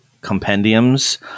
compendiums